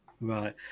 Right